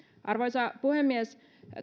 arvoisa puhemies